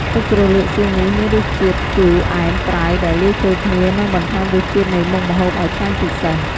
ទឹកជ្រលក់សៀងនេះមានរសជាតិជូរ អែម ប្រៃ ដែលលាយចូលគ្នា និងបន្ថែមរសជាតិនៃមុខម្ហូបឱ្យឆ្ងាញ់ពិសេស។